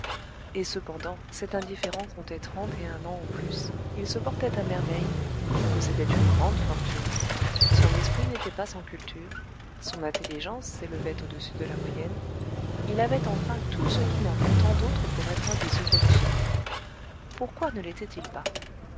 et cependant cet indifférent comptait trente et un ans au plus il se portait à merveille il possédait une grande fortune son esprit n'était pas sans culture son intelligence s'élevait audessus de la moyenne il avait enfin tout ce qui manque à tant d'autres pour être un des heureux de ce monde pourquoi ne létait il pas